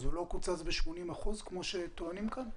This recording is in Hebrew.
הוא לא קוצץ ב-80 אחוזים כמו שטוענים כאן?